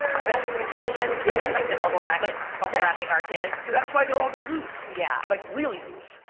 about the protection, yeah and like the bubble wrapping like but yeah wrapping our kids? that's why they're all gonna lose, yeah like really lose.